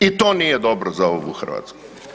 I to nije dobro za ovu Hrvatsku.